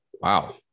Wow